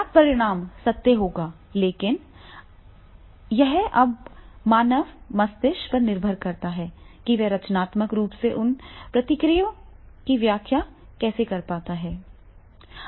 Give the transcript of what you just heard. प्राप्त परिणाम सत्य होगा लेकिन यह अब मानव मस्तिष्क पर निर्भर करता है कि वह रचनात्मक रूप से उन प्रतिक्रियाओं की व्याख्या कैसे कर पाता है